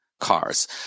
cars